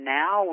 now